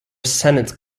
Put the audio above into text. senate